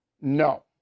no